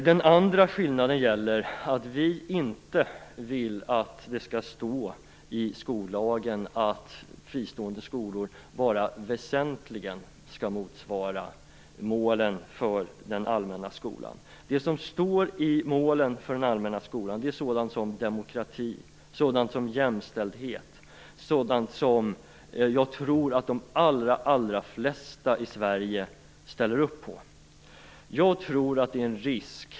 Den andra skillnaden gäller att vi inte vill att det skall stå i skollagen att fristående skolor bara "väsentligen" skall motsvara målen för den allmänna skolan. Målen för den allmänna skolan är bl.a. sådant som demokrati och jämställdhet som jag tror att de allra flesta i Sverige ställer upp på.